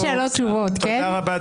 לא, לא, זה לא עובד ככה.